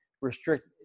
restrict